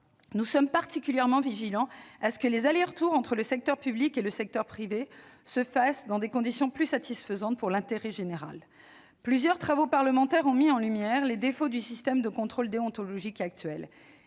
nous sommes particulièrement vigilants à ce que les allers-retours entre le secteur public et le secteur privé se fassent dans des conditions plus satisfaisantes pour l'intérêt général. Plusieurs travaux parlementaires ont mis en lumière les défauts du système de contrôle déontologique actuel.